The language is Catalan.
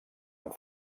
amb